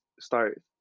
start